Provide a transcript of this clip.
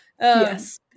yes